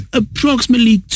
approximately